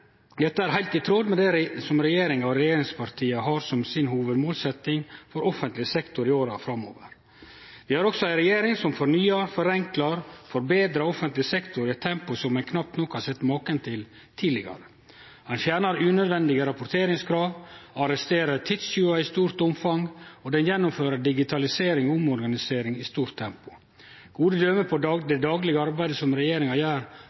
Dette er heilt i tråd med det som regjeringa og regjeringspartia har som si hovudmålsetjing for offentleg sektor i åra framover. Vi har altså ei regjering som fornyar, forenklar og forbetrar offentleg sektor i eit tempo som ein knapt nok har sett maken til tidlegare. Ho fjernar unødvendige rapporteringskrav, arresterer tidstjuvar i stort omfang, og ho gjennomfører digitalisering og omorganisering i stort tempo. Gode døme på det daglege arbeidet som regjeringa gjer